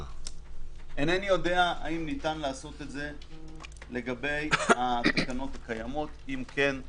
איני יודע אם ניתן לעשות זאת לגבי התקנות הקיימות אם כן,